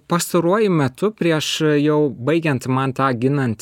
pastaruoju metu prieš jau baigiant man tą ginant